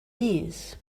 knees